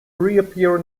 reappear